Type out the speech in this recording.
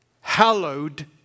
hallowed